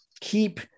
keep